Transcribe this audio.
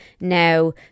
now